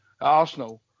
Arsenal